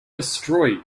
destroy